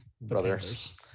brothers